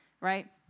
right